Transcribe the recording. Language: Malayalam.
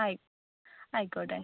ആയി ആയിക്കോട്ടെ